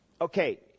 Okay